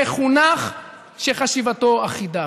מחונך, שחשיבתו אחידה".